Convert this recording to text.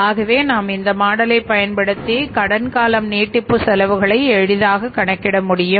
ஆகவே நாம் இந்த மாடலை பயன்படுத்தி கடன் காலம் நீட்டிப்பு செலவுகளை எளிதாக கணக்கிட முடியும்